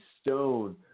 stone